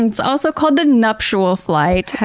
and it's also called the nuptial flight. heeey!